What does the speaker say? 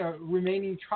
remaining